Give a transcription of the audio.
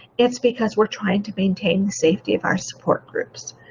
it's because we're trying to maintain the safety of our support groups.